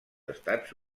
estats